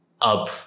up